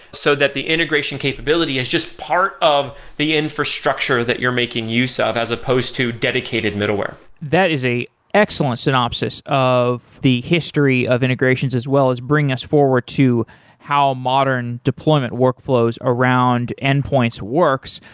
so that the integration capability is just part of the infrastructure that you're making use ah of as opposed to dedicated middleware that is a excellence synopsis of the history of integrations, as well as bring us forward to how modern deployment work flows around endpoints works,